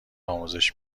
آموزش